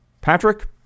Patrick